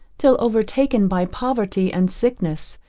till, overtaken by poverty and sickness,